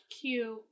cute